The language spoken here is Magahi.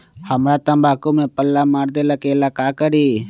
हमरा तंबाकू में पल्ला मार देलक ये ला का करी?